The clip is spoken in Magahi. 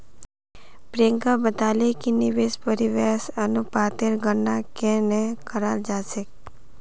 प्रियंका बताले कि निवेश परिव्यास अनुपातेर गणना केन न कराल जा छेक